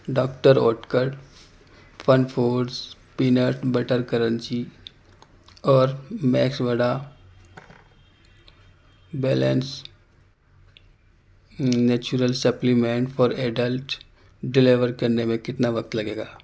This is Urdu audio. doctor Oetker fun foods peanut butter crunchy اور max vida balanced natural supplement for adults deliver کرنے میں کتنا وقت لگے گا